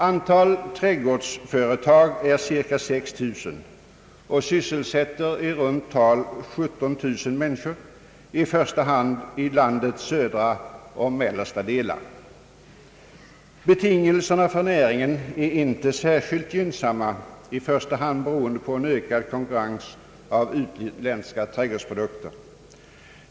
Antalet trädgårdsföretag är cirka 6 000, och dessa sysselsätter i runt tal 17 000 människor, i första hand i landets södra och mellersta delar. Betingelserna för näringen är inte särskilt gynnsamma, främst beroende på en ökad konkurrens av utländska trädgårdsprodukter.